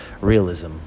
realism